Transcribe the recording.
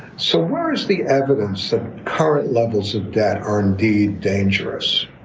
so where is the evidence that current levels of debt are indeed dangerous?